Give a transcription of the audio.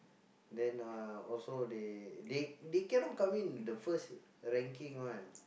then uh also they they they cannot come in the first ranking one